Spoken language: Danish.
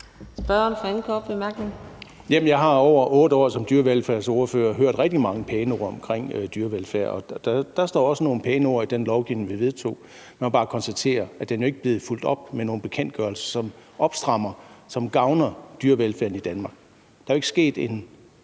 Jeg har i over 8 år som dyrevelfærdsordfører hørt rigtig mange pæne ord om dyrevelfærd, og der står også nogle pæne ord i den lovgivning, vi vedtog. Man må bare konstatere, at den jo ikke er blevet fulgt op af nogle bekendtgørelser, som opstrammer, som gavner dyrevelfærden i Danmark. Der er jo ikke sket en